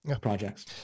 projects